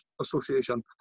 Association